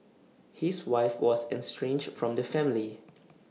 his wife was estranged from the family